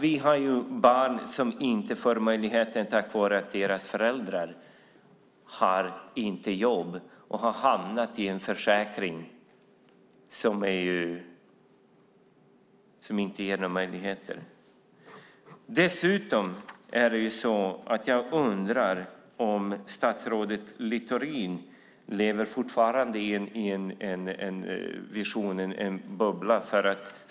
Vi har barn som inte får möjligheter på grund av att deras föräldrar inte har jobb och har hamnat i en försäkring som inte ger dem några möjligheter. Dessutom undrar jag om statsrådet Littorin fortfarande lever i en vision, i en bubbla.